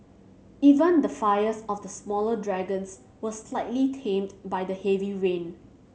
even the fires of the smaller dragons were slightly tamed by the heavy rain